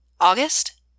August